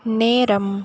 நேரம்